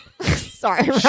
Sorry